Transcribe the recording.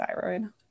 thyroid